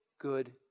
Good